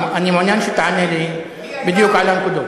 אני מעוניין שתענה לי בדיוק על הנקודות.